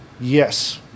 yes